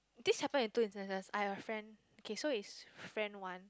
this happen in two instances I have a friend K so it's friend one